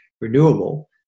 renewable